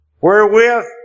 wherewith